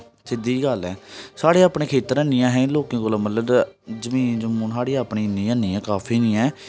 सिद्धी जेही गल्ल ऐ साढ़े अपने खेत्तर ऐनी असें लोकें कोला मतलब जमीन जमून साढ़ी अपनी इ'न्नी निं ही काफी निं ऐ